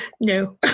No